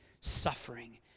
suffering